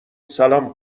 سلام